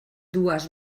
dues